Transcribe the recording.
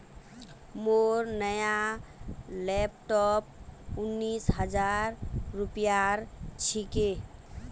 मोर नया लैपटॉप उन्नीस हजार रूपयार छिके